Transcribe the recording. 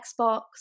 Xbox